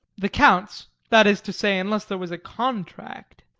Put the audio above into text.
the count's that is to say, unless there was a contract.